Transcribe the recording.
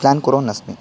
plan कुर्वन्नस्मि